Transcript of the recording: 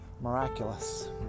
miraculous